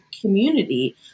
community